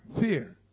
fear